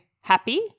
happy